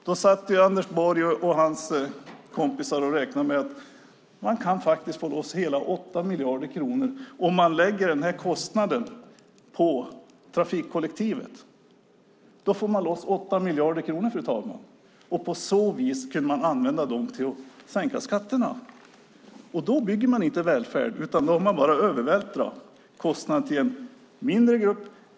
Då satt Anders Borg och hans kompisar och räknade med att man kan få loss hela 8 miljarder kronor om man lägger den här kostnaden på trafikkollektivet. Man får loss 8 miljarder kronor, fru talman, och på så vis kan man använda dem till att sänka skatterna. Men då bygger man inte välfärd utan övervältrar kostnaden till en mindre grupp.